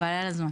חבל על הזמן.